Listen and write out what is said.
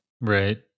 Right